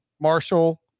Marshall